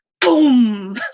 Boom